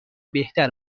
بهتر